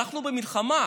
אנחנו במלחמה,